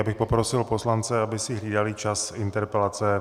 Já bych poprosil poslance, aby si hlídali čas interpelace.